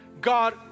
God